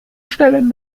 stellen